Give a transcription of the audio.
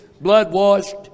blood-washed